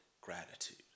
gratitude